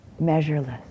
measureless